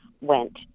went